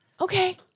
Okay